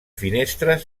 finestres